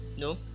No